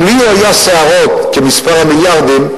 אם לי היו שערות כמספר המיליארדים,